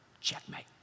checkmate